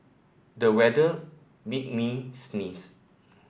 the weather made me sneeze